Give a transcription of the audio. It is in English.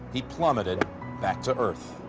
he plummeted back to earth.